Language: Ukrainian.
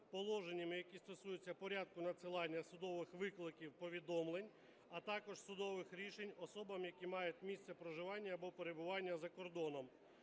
положеннями, які стосуються порядку надсилання судових викликів, повідомлень, а також судових рішень особам, які мають місце проживання або перебування за кордоном,